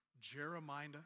Jeremiah